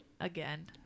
again